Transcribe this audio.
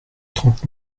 trente